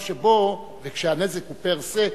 וכשהנזק הוא per-se,